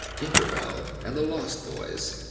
tinkerbell, and the lost boys.